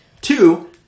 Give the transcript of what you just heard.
Two